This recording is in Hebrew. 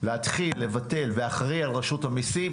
להתחיל לבטל ואחראי על רשות המסים,